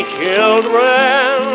children